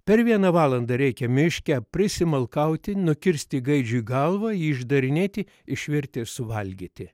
per vieną valandą reikia miške prisimalkauti nukirsti gaidžiui galvą jį išdarinėti išvirti ir suvalgyti